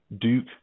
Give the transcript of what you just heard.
Duke